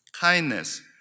kindness